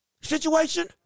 situation